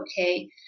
okay